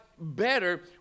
better